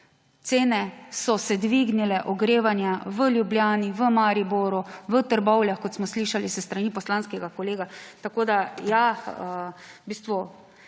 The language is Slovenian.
so se dvignile v Ljubljani, v Mariboru, v Trbovljah, kot smo slišali s strani poslanskega kolega. Tako ja, v bistvu